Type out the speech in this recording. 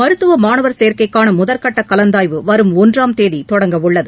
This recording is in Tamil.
மருத்துவ மாணவர் சேர்க்கைக்கான முதற்கட்ட கலந்தாய்வு வரும் ஒன்றாம் தேதி தொடங்கவுள்ளது